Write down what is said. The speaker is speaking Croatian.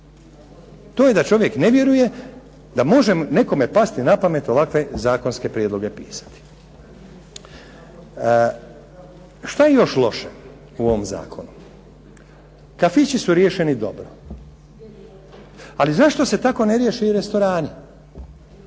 To je da čovjek ne vjeruje da može nekome pasti na pamet ovakve zakonske prijedloge pisati. Šta je još loše u ovom zakonu? Kafići su riješeni dobro, ali zašto se tako ne riješi i restorani?